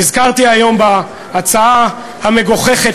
נזכרתי היום בהצעה המגוחכת,